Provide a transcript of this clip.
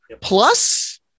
plus